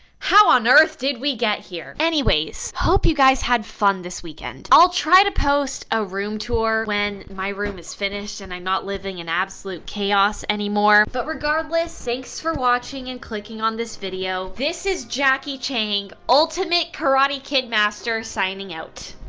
how on earth did we get here? anyways, hope you guys had fun this weekend. i'll try to post a room tour when my room is finished and i'm not living in absolute chaos anymore, but regardless, thanks for watching and clicking on this video. this is jackie chang, ultimate karate kid master, signing out.